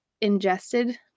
ingested